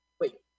wait